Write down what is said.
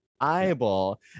eyeball